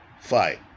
fight